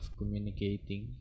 communicating